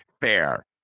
fair